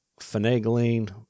finagling